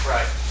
Right